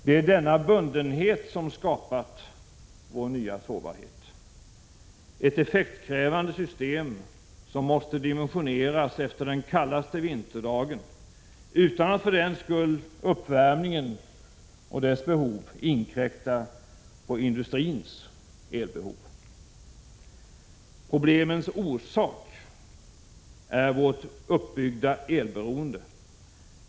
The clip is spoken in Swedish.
Det är denna bundenhet som skapat vår nya sårbarhet. Det är ett effektkrävande system som måste dimensioneras efter den kallaste vinterdagen, utan att för den skull uppvärmningen och dess behov inkräktar på industrins elbehov. Problemens orsak är vårt uppbyggda elberoende.